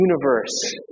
universe